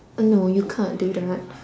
uh no you can't do that one